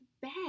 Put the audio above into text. bad